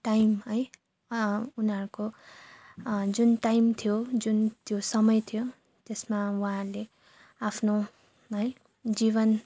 time है उनीहरूको जुन टाइम थियो जुन त्यो समय थियो त्यसमा उहाँहरूले आफ्नो है जीवन